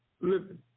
living